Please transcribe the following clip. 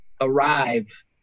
arrive